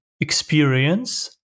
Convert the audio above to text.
experience